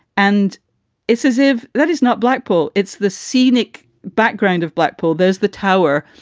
and it's as if that is not blackpool. it's the scenic background of blackpool. there's the tower.